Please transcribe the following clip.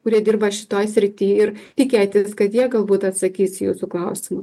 kurie dirba šitoj srity ir tikėtis kad jie galbūt atsakys į jūsų klausimą